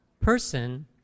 person